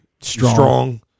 Strong